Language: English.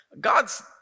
God's